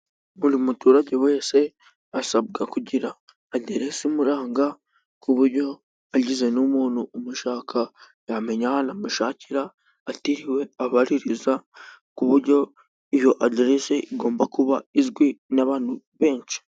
Buri muturage wese asabwa kugira aderese imuranga, ku buryo hagize n'umuntu umushaka, yamenya ahantu amushakira atiriwe abaririza, ku buryo iyo aderese igomba kuba izwi n'abantu benshi.